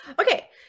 Okay